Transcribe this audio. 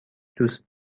دوست